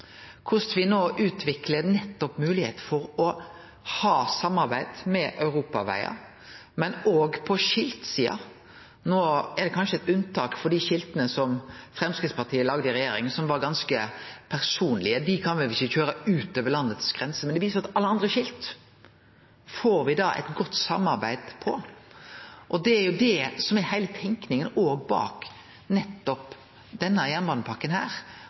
korleis me no utviklar moglegheit for å ha samarbeid med europavegar, òg på skiltsida. No er det kanskje eit unntak for dei skilta som Framstegspartiet laga i regjering, som var ganske personlege. Dei kan me vel ikkje kjøre med utover landets grenser. Det viser at me får eit godt samarbeid når det gjeld alle andre skilt. Det er heile tenkinga bak nettopp denne